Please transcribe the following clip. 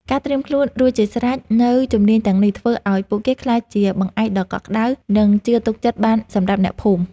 ការត្រៀមខ្លួនរួចជាស្រេចនូវជំនាញទាំងនេះ ធ្វើឱ្យពួកគេក្លាយជាបង្អែកដ៏កក់ក្ដៅ និងជឿទុកចិត្តបានសម្រាប់អ្នកភូមិ។